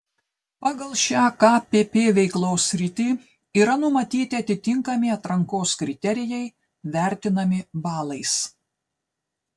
pagal šią kpp veiklos sritį yra numatyti atitinkami atrankos kriterijai vertinami balais